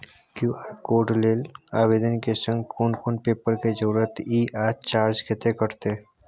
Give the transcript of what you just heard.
QR code लेल आवेदन के संग कोन कोन पेपर के जरूरत इ आ चार्ज कत्ते कटते?